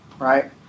right